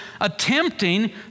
attempting